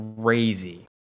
crazy